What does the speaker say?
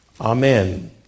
Amen